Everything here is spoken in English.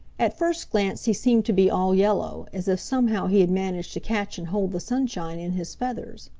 at first glance he seemed to be all yellow, as if somehow he had managed to catch and hold the sunshine in his feathers.